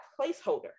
placeholder